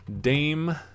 Dame